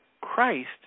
Christ